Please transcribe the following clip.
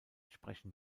sprechen